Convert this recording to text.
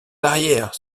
arrière